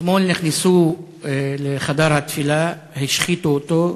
אתמול נכנסו לחדר התפילה, השחיתו אותו,